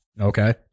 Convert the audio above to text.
Okay